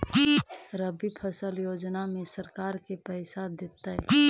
रबि फसल योजना में सरकार के पैसा देतै?